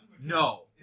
No